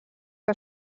que